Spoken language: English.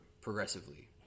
progressively